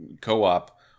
co-op